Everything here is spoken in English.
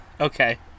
Okay